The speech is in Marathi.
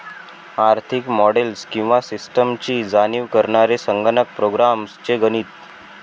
आर्थिक मॉडेल्स किंवा सिस्टम्सची जाणीव करणारे संगणक प्रोग्राम्स चे गणित